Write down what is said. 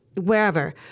wherever